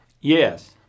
Yes